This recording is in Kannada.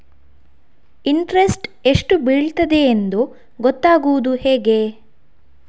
ಇಂಟ್ರೆಸ್ಟ್ ಎಷ್ಟು ಬೀಳ್ತದೆಯೆಂದು ಗೊತ್ತಾಗೂದು ಹೇಗೆ?